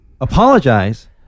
apologize